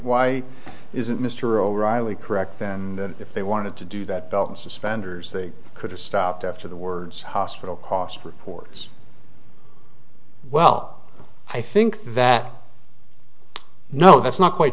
why isn't mr o'reilly correct that if they wanted to do that belt and suspenders they could have stopped after the words hospital cost reporters well i think that no that's not quite